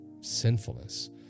sinfulness